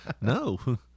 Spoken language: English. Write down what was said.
No